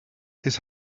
his